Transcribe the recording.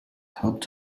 helped